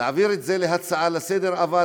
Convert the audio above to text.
להעביר את הצעת החוק להצעה לסדר-היום,